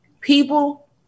People